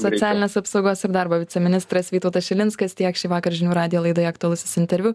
socialinės apsaugos ir darbo viceministras vytautas šilinskas tiek šįvakar žinių radijo laidoje aktualusis interviu